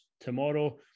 tomorrow